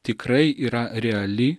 tikrai yra reali